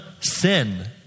sin